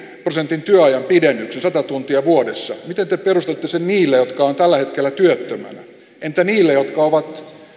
prosentin työajan pidennyksen sata tuntia vuodessa miten te perustelette sen niille jotka ovat tällä hetkellä työttöminä entä niille jotka ovat